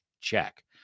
check